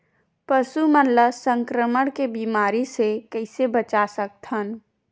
पशु मन ला संक्रमण के बीमारी से कइसे बचा सकथन?